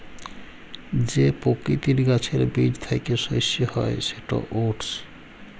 যে পকিতির গাহাচের বীজ থ্যাইকে শস্য হ্যয় সেট ওটস